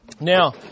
Now